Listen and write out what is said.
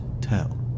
tell